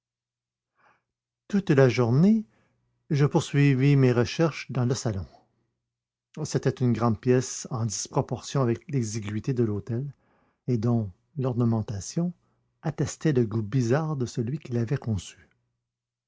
toute la journée je poursuivis mes recherches dans le salon c'était une grande pièce en disproportion avec l'exiguïté de l'hôtel et dont l'ornementation attestait le goût bizarre de celui qui l'avait conçue